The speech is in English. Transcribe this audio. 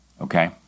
okay